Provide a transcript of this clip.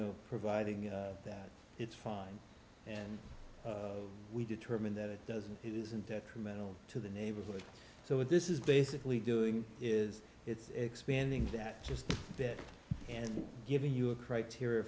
know providing that it's fine and we determine that it doesn't it isn't detrimental to the neighborhood so what this is basically doing is it's expanding that just a bit and giving you a criteria